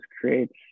creates